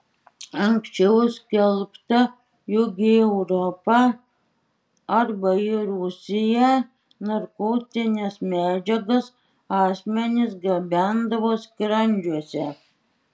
anksčiau skelbta jog į europą arba į rusiją narkotines medžiagas asmenys gabendavo skrandžiuose